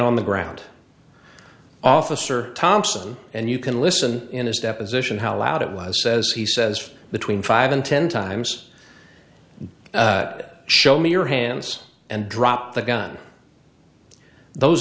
on the ground officer thompson and you can listen in his deposition how loud it was says he says between five and ten times show me your hands and drop the gun those